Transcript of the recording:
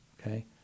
okay